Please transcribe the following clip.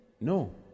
No